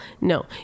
No